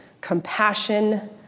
compassion